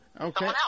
Okay